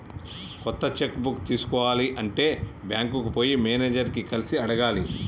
కొత్త cheque book తీసుకోవాలి అంటే బ్యాంకుకు పోయి మేనేజర్ ని కలిసి అడగాలి